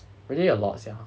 really a lot sia